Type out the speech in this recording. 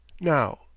now